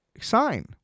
sign